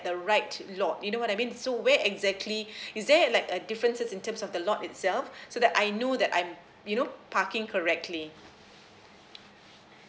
the right to lot you know what I mean so where exactly is there like a difference in terms of the lot itself so that I know that I'm you know parking correctly